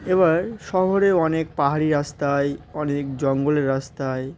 এবার শহরে অনেক পাহাড়ি রাস্তায় অনেক জঙ্গলের রাস্তায়